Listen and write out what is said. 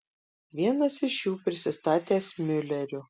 vienas iš jų prisistatęs miuleriu